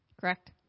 Correct